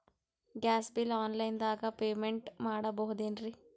Gas bill online ದಾಗ payment ಮಾಡಬೋದೇನ್ರಿ?